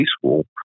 school